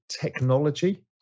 technology